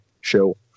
show